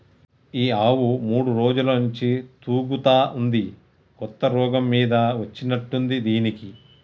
ఈ ఆవు మూడు రోజుల నుంచి తూగుతా ఉంది కొత్త రోగం మీద వచ్చినట్టుంది దీనికి